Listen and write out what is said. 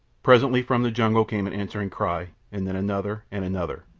presently from the jungle came an answering cry, and then another and another.